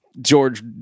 George